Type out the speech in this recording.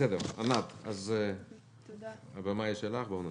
ענת, הבמה היא שלך, בואי נתחיל.